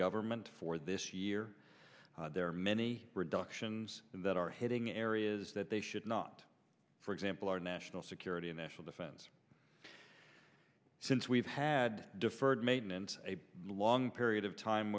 government for this year there are many productions that are hitting areas that they should not for example our national security and national defense since we've had deferred maintenance a long period of time